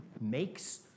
makes